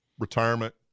Retirement